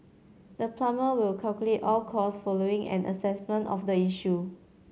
the plumber will calculate all costs following an assessment of the issue